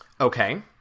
Okay